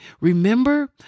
Remember